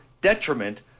detriment